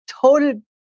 total